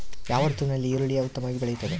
ಯಾವ ಋತುವಿನಲ್ಲಿ ಈರುಳ್ಳಿಯು ಉತ್ತಮವಾಗಿ ಬೆಳೆಯುತ್ತದೆ?